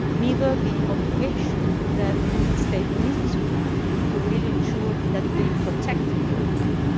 neither the obligation that states need to have to really ensure that they protect human rights.